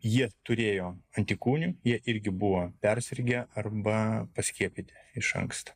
jie turėjo antikūnių jie irgi buvo persirgę arba paskiepyti iš anksto